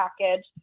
package